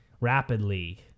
rapidly